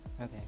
Okay